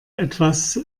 etwas